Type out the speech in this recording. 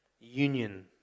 union